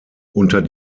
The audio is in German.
unter